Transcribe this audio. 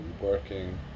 working